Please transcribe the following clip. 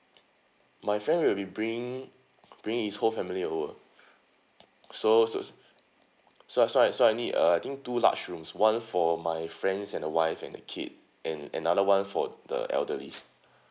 my friend will be bringing bringing his whole family over so so that's why that's why I need a I think two large rooms one for my friend and the wife and the kid and another [one] for the elderlies